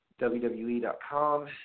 WWE.com